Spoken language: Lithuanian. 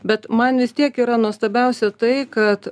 bet man vis tiek yra nuostabiausia tai kad